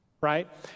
right